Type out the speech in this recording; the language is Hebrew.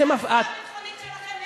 זו העשייה הביטחונית שלכם,